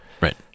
Right